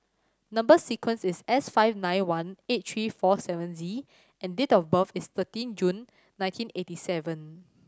number sequence is S five nine one eight three four seven Z and date of birth is thirteen June nineteen eighty seven